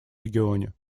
регионе